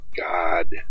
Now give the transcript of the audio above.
God